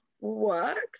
works